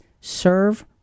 serve